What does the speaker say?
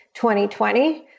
2020